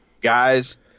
Guys